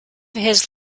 his